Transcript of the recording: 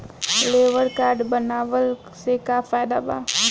Labour card बनवाला से का फायदा बा?